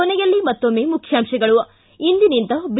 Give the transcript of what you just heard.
ಕೊನೆಯಲ್ಲಿ ಮತ್ತೊಮ್ಮೆ ಮುಖ್ಯಾಂಶಗಳು ಿ ಇಂದಿನಿಂದ ಬಿ